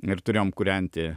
ir turėjom kūrenti